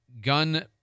gun